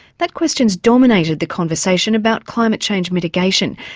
that question's dominated the conversation about climate change mitigation,